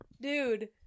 Dude